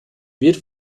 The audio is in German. wird